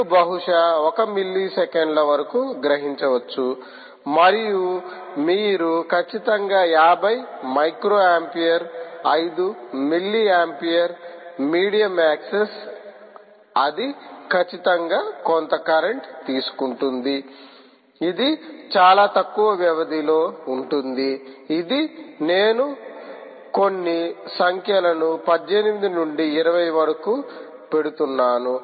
మీరు బహుశా 1 మిల్లీ సెకన్ల వరకు గ్రహించవచ్చు మరియు మీరు ఖచ్చితంగా 50 microampere 5 milli ampere medium access అది ఖచ్చితంగా కొంత కరెంట్ తీసుకుంటుంది ఇది చాలా తక్కువ వ్యవధిలో ఉంటుంది ఇది నేను కొన్ని సంఖ్యలను 18 నుండి 20 వరకు పెడుతున్నాను